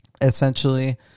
Essentially